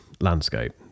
landscape